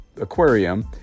aquarium